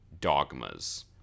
dogmas